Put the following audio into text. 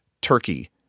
turkey